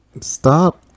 stop